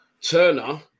Turner